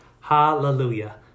hallelujah